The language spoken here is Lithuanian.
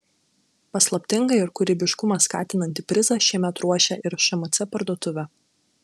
paslaptingą ir kūrybiškumą skatinantį prizą šiemet ruošia ir šmc parduotuvė